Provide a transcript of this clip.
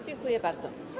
Dziękuję bardzo.